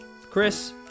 Chris